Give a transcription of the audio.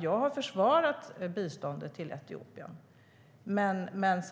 Jag har försvarat biståndet till Etiopien, men nu